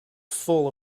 full